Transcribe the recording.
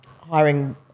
hiring